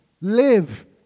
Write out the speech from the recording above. Live